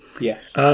Yes